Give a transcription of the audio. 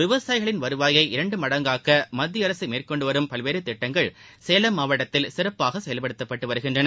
விவசாயிகளின் வருவாயை இரண்டு மடங்காக்க மத்திய அரசு மேற்கொண்டு வரும் பல்வேறு திட்டங்கள் சேலம் மாவட்டத்தில் சிறப்பாக செயல்படுத்தப்பட்டு வருகின்றன